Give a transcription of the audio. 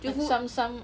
and some some